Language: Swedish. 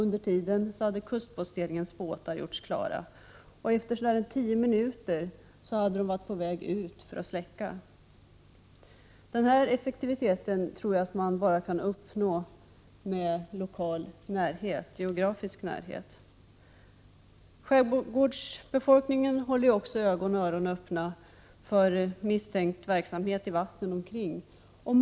Under tiden hade kustposteringens båtar gjorts klara. Efter ca 10 minuter hade de varit på väg ut för att släcka branden. Denna effektivitet tror jag att man kan uppnå bara med geografisk närhet. Skärgårdsborna håller också ögon och öron öppna för misstänkt verksamhet i de omkringliggande vattnen.